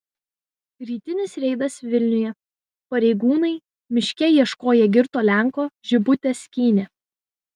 rytinis reidas vilniuje pareigūnai miške ieškoję girto lenko žibutes skynė